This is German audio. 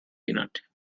genannt